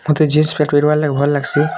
ମୋତେ jeans pant ପିନ୍ଧିବାର୍ ଲାଗି ଭଲ୍ ଲାଗ୍ସି